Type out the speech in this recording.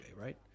right